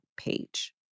page